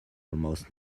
almost